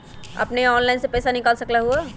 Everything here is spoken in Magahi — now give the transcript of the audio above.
अपने ऑनलाइन से पईसा निकाल सकलहु ह?